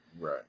Right